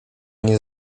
nie